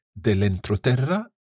dell'entroterra